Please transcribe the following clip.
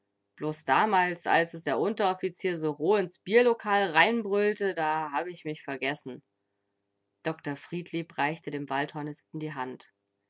bloß damals als es der unteroffizier so roh ins bierlokal reinbrüllte da hab ich mich vergessen dr friedlieb reichte dem waldhornisten die hand